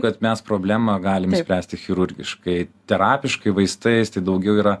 kad mes problemą galime išspręsti chirurgiškai terapiškai vaistais tai daugiau yra